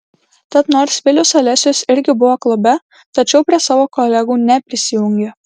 tad nors vilius alesius irgi buvo klube tačiau prie savo kolegų neprisijungė